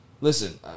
listen